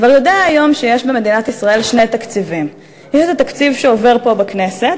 כבר יודע היום שיש במדינת ישראל שני תקציבים: יש התקציב שעובר פה בכנסת,